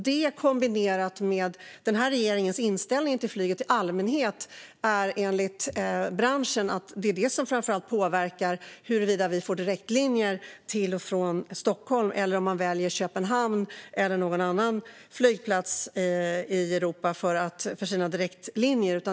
Detta kombinerat med regeringens inställning till flyget i allmänhet är enligt branschen det som framför allt påverkar huruvida vi får direktlinjer till och från Stockholm eller om flygbolagen väljer Köpenhamn och Kastrup eller någon annan flygplats i Europa för sina direktlinjer.